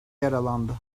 yaralandı